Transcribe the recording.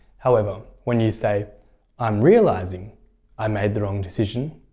however, when you say i'm realising i made the wrong decision.